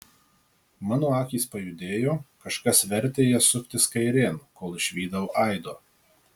mano akys pajudėjo kažkas vertė jas suktis kairėn kol išvydau aido